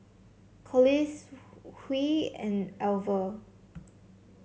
Collis Huy and Alver